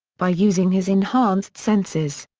by using his enhanced senses.